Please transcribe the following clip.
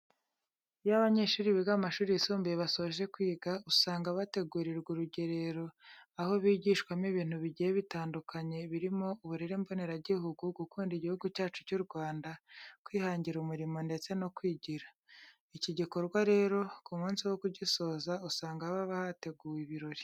Iyo abanyeshuri biga mu mashuri yisumbuye basoje kwiga, usanga bategurirwa urugerero aho bigishwamo ibintu bigiye bitandukanye birimo uburere mboneragihugu, gukunda Igihugu cyacu cy'u Rwanda, kwihangira umurimo ndetse no kwigira. Iki gikorwa rero, ku munsi wo kugisoza usanga haba hateguwe ibirori.